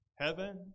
heaven